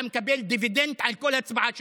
אתה מקבל דיבידנד על כל הצבעה שלך.